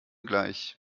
gleich